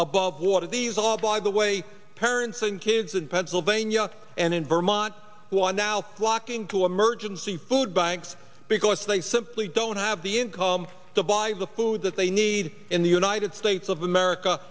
above water these all by the way parents and kids in pennsylvania and in vermont one out walking to emergency food banks because they simply don't have the income to buy the food that they need in the united states of america